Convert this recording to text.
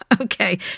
Okay